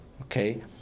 Okay